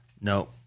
No